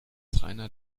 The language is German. rainer